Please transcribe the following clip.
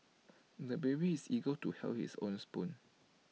the baby is eager to hold his own spoon